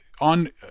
on